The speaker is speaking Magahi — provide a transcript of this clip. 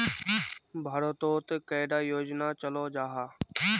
भारत तोत कैडा योजना चलो जाहा?